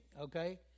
okay